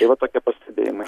tai vat tokie pastebėjimai